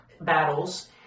battles